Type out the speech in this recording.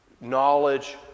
knowledge